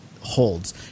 holds